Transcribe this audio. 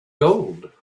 gold